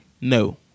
no